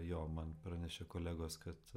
jo man pranešė kolegos kad